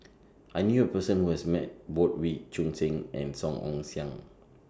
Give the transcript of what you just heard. I knew A Person Who has Met Both Wee Choon Seng and Song Ong Siang